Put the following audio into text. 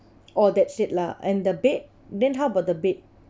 oh that's it lah and the bed then how about the bed